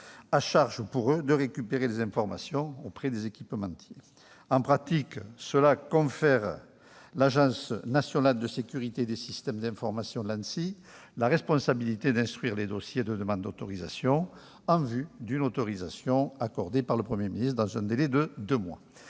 à charge pour eux de récupérer les informations auprès des équipementiers. En pratique, cela confère à l'Agence nationale de la sécurité des systèmes d'information, l'Anssi, la responsabilité d'instruire les dossiers de demande d'autorisation, en vue d'une autorisation accordée par le Premier ministre dans un délai de deux mois.